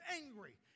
angry